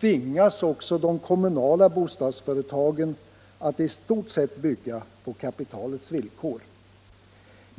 tvingas även kommunala bostadsföretag att i stort sett bygga på kapitalets villkor.